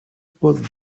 pop